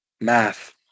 math